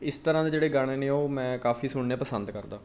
ਇਸ ਤਰ੍ਹਾਂ ਦੇ ਜਿਹੜੇ ਗਾਣੇ ਨੇ ਉਹ ਮੈਂ ਕਾਫੀ ਸੁਣਨੇ ਪਸੰਦ ਕਰਦਾ